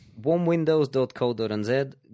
Warmwindows.co.nz